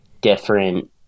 different